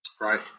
Right